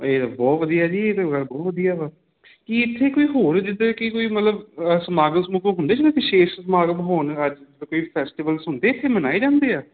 ਇਹ ਬਹੁਤ ਵਧੀਆ ਜੀ ਬਹੁਤ ਵਧੀਆ ਕੀ ਇੱਥੇ ਕੋਈ ਹੋਰ ਜਿਦਾ ਕੀ ਕੋਈ ਮਤਲਬ ਸਮਾਗਮ ਸਮੁਗਮ ਹੁੰਦੇ ਸੀ ਵਿਸ਼ੇਸ਼ ਸਮਾਗਮ ਹੋਣ ਜਾਂ ਫੈਸਟੀਵਲ ਹੁੰਦੇ ਤੇ ਮਨਾਏ ਜਾਂਦੇ ਆ